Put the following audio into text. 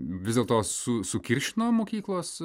vis dėlto su sukiršino mokyklos